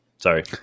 Sorry